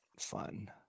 fun